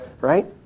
Right